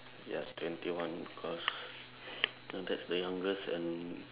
yes twenty one cause that's the youngest and